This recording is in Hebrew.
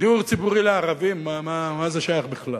דיור ציבורי לערבים, מה זה שייך בכלל?